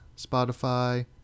Spotify